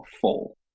full